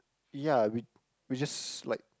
ya we we just like